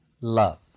love